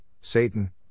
Satan